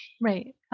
Right